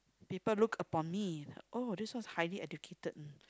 people look upon me oh this one is highly educated mm